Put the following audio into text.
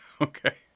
okay